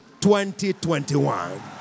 2021